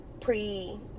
pre